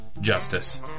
Justice